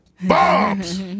bombs